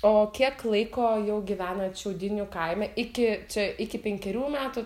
o kiek laiko jau gyvenat šiaudinių kaime iki čia iki penkerių metų